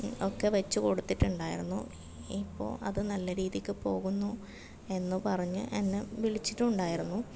ഒക്കെ വെച്ചു കൊടുത്തിട്ടുണ്ടായിരുന്നു ഇപ്പോൾ അത് നല്ല രീതിക്ക് പോകുന്നു എന്നു പറഞ്ഞ് എന്നെ വിളിച്ചിട്ടും ഉണ്ടായിരുന്നു